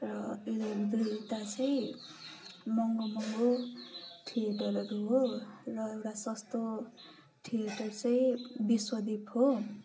र यो दुइटा चाहिँ महँगो महँगो थिएटरहरू हो र एउटा सस्तो थिएटर चाहिँ विश्वदीप हो